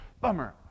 Bummer